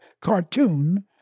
Cartoon